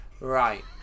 Right